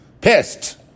Pissed